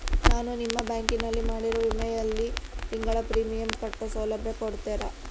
ನಾನು ನಿಮ್ಮ ಬ್ಯಾಂಕಿನಲ್ಲಿ ಮಾಡಿರೋ ವಿಮೆಯಲ್ಲಿ ತಿಂಗಳ ಪ್ರೇಮಿಯಂ ಕಟ್ಟೋ ಸೌಲಭ್ಯ ಕೊಡ್ತೇರಾ?